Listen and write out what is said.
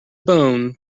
bone